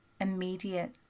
immediate